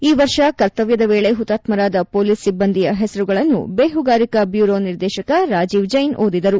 ಈ ವರ್ಷ ಕರ್ತವ್ಯದ ವೇಳೆ ಹುತಾತ್ಹರಾದ ಪೊಲೀಸ್ ಸಿಬ್ಬಂದಿಯ ಹೆಸರುಗಳನ್ನು ಬೇಹುಗಾರಿಕಾ ಬ್ಯೂರೊ ನಿರ್ದೇಶಕ ರಾಜೀವ್ ಜೈನ್ ಓದಿದರು